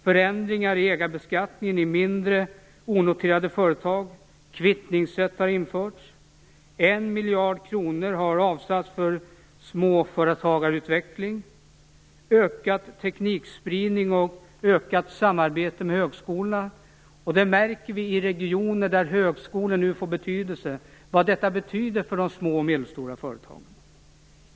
Förändringar i ägarbeskattningen i mindre onoterade företag. Kvittningsrätt har införts. 1 miljard kronor har avsatts för småföretagarutveckling. Ökad teknikspridning och ökat samarbete med högskolorna. Vi märker i regioner där högskolor finns vad detta betyder för de små och medelstora företagen.